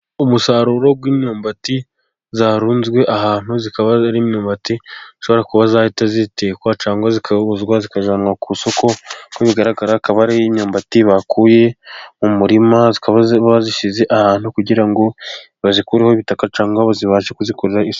Umusaruro w'imyumbati yarunzwe ahantu, ikaba ari imyumbati ishobora kuba yahita itekwa cyangwa ikozwa ikajyanwa ku isoko, nkuko bigaragara ikaba ari imyumbati bakuye mu murima, bayishyize ahantu kugira ngo bayikureho ibitaka cyangwa babashe kuyikorera isuku.